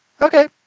Okay